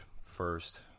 first